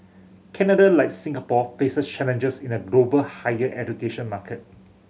Canada like Singapore faces challenges in a global higher education market